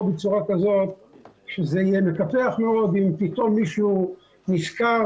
בצורה כזאת שזה יהיה מקפח מאוד אם פתאום מישהו נזכר